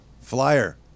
Flyer